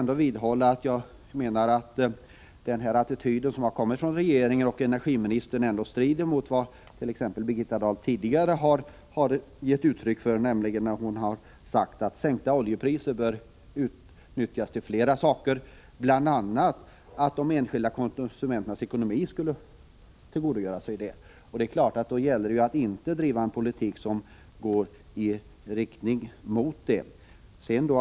Jag vidhåller att den attityd som regeringen och energiministern intar strider mot vad t.ex. Birgitta Dahl tidigare har givit uttryck för, nämligen hur sänkta oljepriser bör utnyttjas. Det skulle bl.a. komma de enskilda konsumenternas ekonomi till godo. Det är klart att det då gäller att inte driva en politik som går i motsatt riktning.